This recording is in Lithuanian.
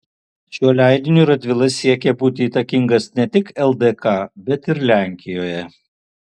šiuo leidiniu radvila siekė būti įtakingas ne tik ldk bet ir lenkijoje